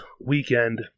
weekend